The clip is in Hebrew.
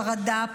חרדה,